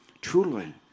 Truly